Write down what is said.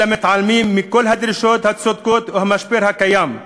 אלא מתעלמים מכל הדרישות הצודקות ומהמשבר הקיים.